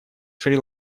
шри